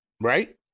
right